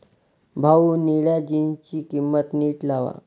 भाऊ, निळ्या जीन्सची किंमत नीट लावा